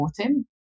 autumn